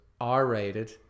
R-rated